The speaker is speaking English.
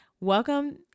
Welcome